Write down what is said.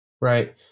Right